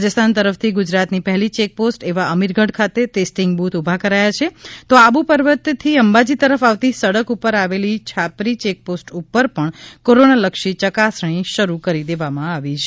રાજસ્થાન તરફથી ગુજરાતની પહેલી ચેકપોસ્ટ એવા અમીરગઢ ખાતે ટેસ્ટિંગ બૂથ ઊભા કરાયા છે તો આબુ પર્વતથી અંબાજી તરફ આવતી સડક ઉપર આવેલી છાપરી ચેકપોસ્ટ ઉપર પણ કોરોનાલક્ષી ચકાસણી શરૂ કરી દેવામાં આવી છે